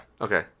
Okay